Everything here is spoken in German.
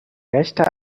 rechter